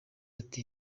ati